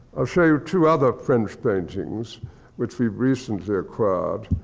i'll show you two other french paintings which we recently acquired.